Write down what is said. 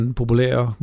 populære